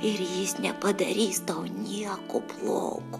ir jis nepadarys tau nieko blogo